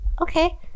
okay